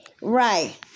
right